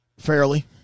Fairly